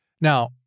Now